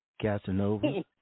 Casanova